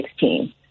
2016